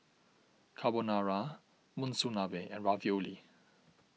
Carbonara Monsunabe and Ravioli